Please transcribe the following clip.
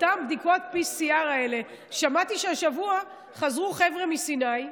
אותן בדיקות PCR. שמעתי שהשבוע חזרו חבר'ה מסיני,